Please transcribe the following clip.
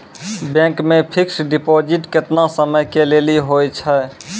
Bank मे fixed deposit केतना समय के लेली होय छै?